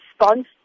response